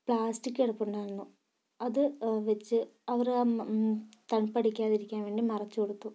plastic കിടപ്പുണ്ടായിരുന്നു അത് വെച്ച് അവർ ആ തണുപ്പടിക്കാതിരിക്കാൻ വേണ്ടി മറച്ച് കൊടുത്തു